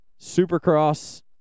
Supercross